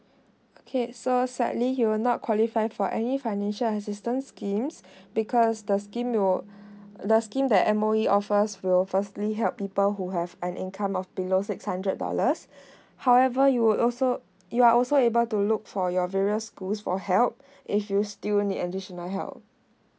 okay so sadly you will not qualify for any financial assistance schemes because the schemes will the scheme that M_O_E offers will firstly help people who have an income of below six hundred dollars however you would also you are also able to look for your various schools for help if you still need additional help